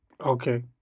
Okay